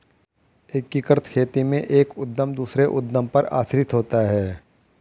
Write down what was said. एकीकृत खेती में एक उद्धम दूसरे उद्धम पर आश्रित होता है